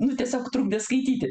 nu tiesiog trukdė skaityti